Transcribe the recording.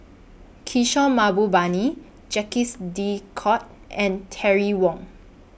Kishore Mahbubani Jacques De Coutre and Terry Wong